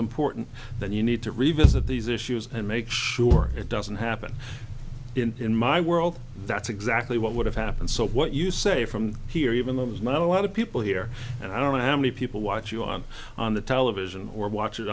important then you need to revisit these issues and make sure it doesn't happen in my world that's exactly what would have happened so what you say from here even though it was not a lot of people here and i don't know how many people watch you on on the television or watch it